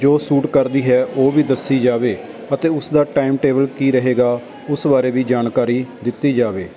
ਜੋ ਸੂਟ ਕਰਦੀ ਹੈ ਉਹ ਵੀ ਦੱਸੀ ਜਾਵੇ ਅਤੇ ਉਸਦਾ ਟੈਮ ਟੇਬਲ ਕੀ ਰਹੇਗਾ ਉਸ ਬਾਰੇ ਵੀ ਜਾਣਕਾਰੀ ਦਿੱਤੀ ਜਾਵੇ